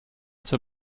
zur